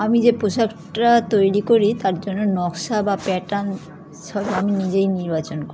আমি যে পোশাকটা তৈরি করি তার জন্য নকশা বা প্যাটার্ন সব আমি নিজেই নির্বাচন করি